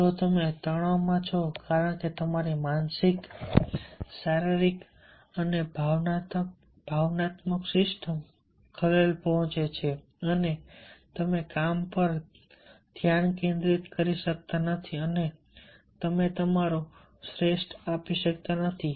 જો તમે તણાવમાં છો કારણ કે તમારી માનસિક શારીરિક અને ભાવનાત્મક સિસ્ટમ ખલેલ પહોંચે છે અને તમે કામ પર ધ્યાન કેન્દ્રિત કરી શકતા નથી અને તમારું શ્રેષ્ઠ આપી શકતા નથી